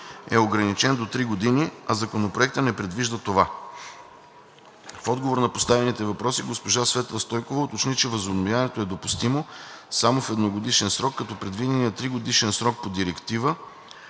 е ограничен до три години, а Законопроектът не предвижда това. В отговор на поставените въпроси госпожа Светла Стойкова уточни, че възобновяването е допустимо само в едногодишен срок, като предвиденият тригодишен срок по директива,